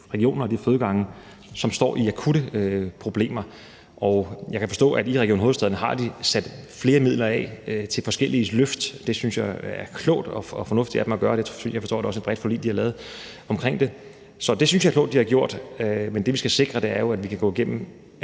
regioner og de fødegange, som står i akutte problemer. Jeg kan forstå, at i Region Hovedstaden har de sat flere midler af til forskellige løft. Det synes jeg er klogt og fornuftigt at man gør, og jeg forstår, at det også er et bredt forlig, de har lavet omkring det.